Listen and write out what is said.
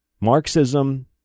Marxism